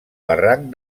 barranc